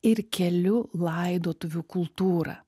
ir keliu laidotuvių kultūrą